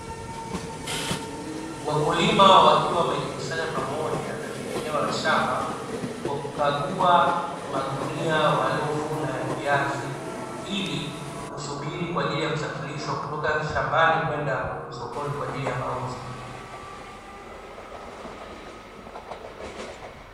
Wakulima wakiwa wamejikusanya pamoja katika eneo la shamba kwa kukagua magunia waliovuna ya viazi, ili kusubiri kwa ajili ya kusafirishwa kutoka shambani kwenda sokoni kwa ajili ya mauzo.